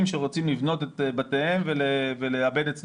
שרוצים לבנות את בתיהם ולעבד את שדותיהם.